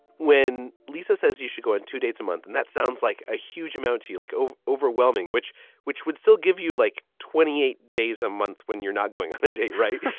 when lisa says you should go on two dates a month, and that sounds like a huge amount to you like, oh, overwhelming, which which would still give you like twenty eight days a month when you're not going on a date, right?